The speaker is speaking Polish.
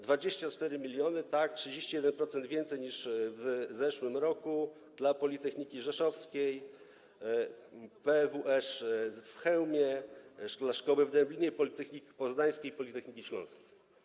24 mln, 31% więcej niż w zeszłym roku dla Politechniki Rzeszowskiej, PWSZ w Chełmie, dla szkoły w Dęblinie, Politechniki Poznańskiej, Politechniki Śląskiej.